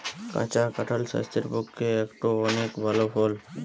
কাঁচা কাঁঠাল স্বাস্থ্যের পক্ষে একটো অনেক ভাল ফল